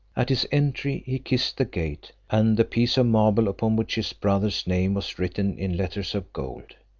at his entry he kissed the gate, and the piece of marble upon which his brother's name was written in letters of gold.